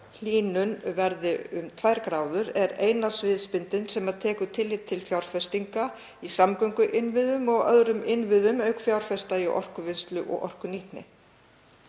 hlýnun verði um 2,0°, er eina sviðsmyndin sem tekur tillit til fjárfestinga í samgönguinnviðum og öðrum innviðum, auk fjárfesta í orkuvinnslu og orkunýtni.